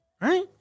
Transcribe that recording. Right